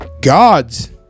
gods